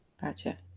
gotcha